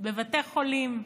בבתי חולים,